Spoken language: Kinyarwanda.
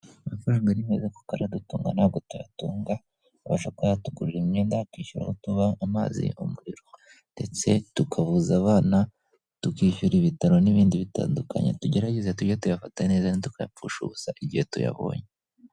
Amafaranga aradutunga ntabwo tuyatunga, abasha kuba yatugurira imyenda, akishyura, aho tuba, amazi, umuriro, ndetse tukavuza abana, tukishyura ibitaro, n'ibindi bitandukanye, tugerageze tujye tuyafata neza tutayapfusha ubusa igihe tuyabonye.